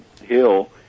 hill